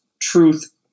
truth